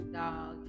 dog